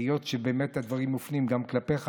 היות שהדברים מופנים גם כלפיך,